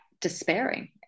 despairing